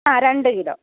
ആ രണ്ട് കിലോ